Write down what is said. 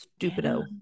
stupido